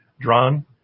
drawn